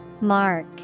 Mark